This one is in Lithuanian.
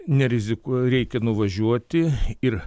nerizikuo o reikia nuvažiuoti ir